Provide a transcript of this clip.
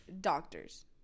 doctors